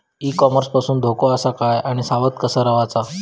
E commerce पासून धोको आसा काय आणि सावध कसा रवाचा?